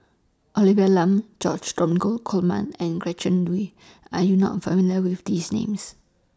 Olivia Lum George Dromgold Coleman and Gretchen Liu Are YOU not familiar with These Names